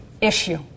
issue